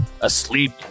asleep